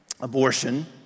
abortion